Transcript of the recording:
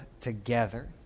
together